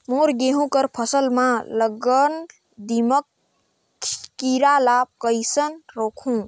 मोर गहूं कर फसल म लगल दीमक कीरा ला कइसन रोकहू?